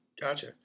Gotcha